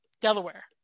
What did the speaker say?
Delaware